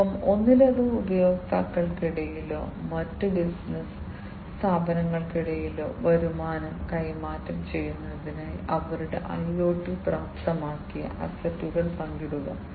ഒപ്പം ഒന്നിലധികം ഉപഭോക്താക്കൾക്കിടയിലോ മറ്റ് ബിസിനസ്സ് സ്ഥാപനങ്ങൾക്കിടയിലോ വരുമാനം കൈമാറ്റം ചെയ്യുന്നതിനായി അവരുടെ IoT പ്രാപ്തമാക്കിയ അസറ്റുകൾ പങ്കിടുക